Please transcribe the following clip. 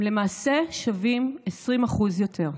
למעשה, הם שווים 20% יותר.